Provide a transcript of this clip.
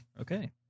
okay